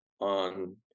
on